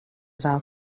vēl